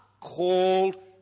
called